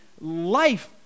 life